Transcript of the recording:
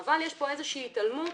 אבל יש כאן איזושהי התעלמות.